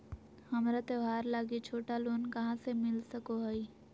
हमरा त्योहार लागि छोटा लोन कहाँ से मिल सको हइ?